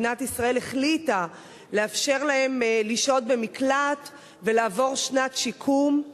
מדינת ישראל החליטה לאפשר להם לשהות במקלט ולעבור שנת שיקום.